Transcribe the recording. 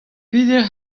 peder